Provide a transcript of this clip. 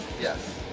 Yes